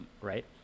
right